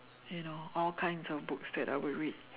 you know all kinds of books that I would read